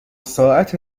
ساعت